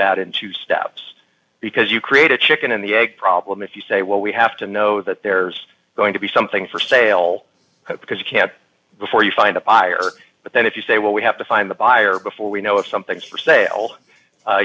that in two steps because you create a chicken and the egg problem if you say well we have to know that there's going to be something for sale because you can't before you find a buyer but then if you say well we have to find the buyer before we know if something is for sale